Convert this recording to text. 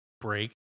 break